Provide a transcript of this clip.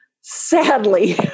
sadly